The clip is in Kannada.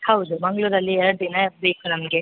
ಹೌದು ಮಂಗಳೂರಲ್ಲಿ ಎರಡು ದಿನ ಬೇಕು ನಮಗೆ